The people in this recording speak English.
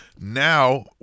Now